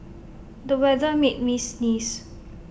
the weather made me sneeze